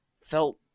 felt